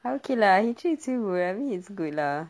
okay lah he treats you well he's good lah